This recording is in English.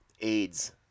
aids